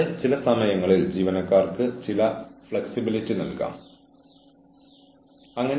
കൂടാതെ ഈ കാര്യങ്ങൾ ഓർഗനൈസേഷനെ എത്രമാത്രം ബാധിക്കുന്നുവെന്നത് ജീവനക്കാരന് അറിയാം